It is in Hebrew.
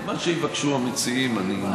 מה שיבקשו המציעים, אני מסכים.